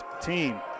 team